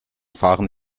fahren